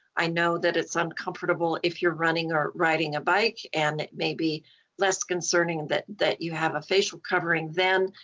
i know that it's uncomfortable if you're running or riding a bike, and it may be less concerning that that you have a facial covering then.